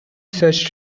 search